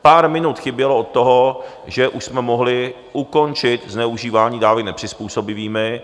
Pár minut chybělo od toho, že už jsme mohli ukončit zneužívání dávek nepřizpůsobivými.